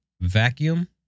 vacuum